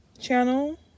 channel